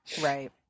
Right